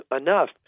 enough